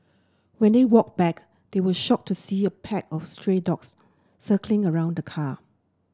when they walked back they were shocked to see a pack of stray dogs circling around the car